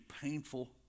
painful